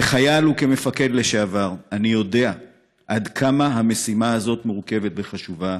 כחייל וכמפקד לשעבר אני יודע עד כמה המשימה הזאת מורכבת וחשובה,